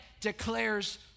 declares